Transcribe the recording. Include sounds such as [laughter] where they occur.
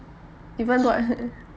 even though [laughs]